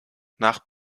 nach